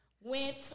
went